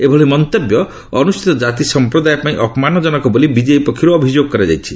ଏଭଳି ମନ୍ତବ୍ୟ ଅନୁସ୍ଠଚୀତ କାତି ସମ୍ପ୍ରଦାୟ ପାଇଁ ଅପମାନ ଜନକ ବୋଲି ବିଜେପି ପକ୍ଷରୁ ଅଭିଯୋଗ କରାଯାଇଛି